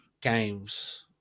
games